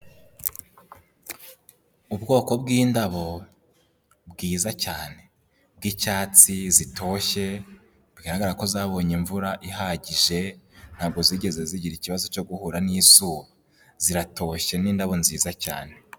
Ubwoko bw'indabo bwiza cyane, bw'icyatsi, zitoshye, bigaragara ko zabonye imvura ihagije, ntabwo zigeze zigira ikibazo cyo guhura n'izuba, ziratoshye, ni indabo nziza cyane.